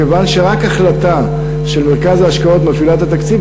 כיוון שרק החלטה של מרכז ההשקעות מפעילה את התקציב,